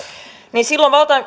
silloin